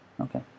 Okay